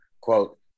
quote